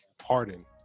Harden